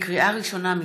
לקריאה ראשונה,